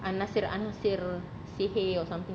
anasir-anasir sihir or something like that